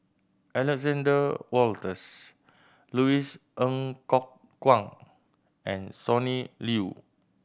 Alexander Wolters Louis Ng Kok Kwang and Sonny Liew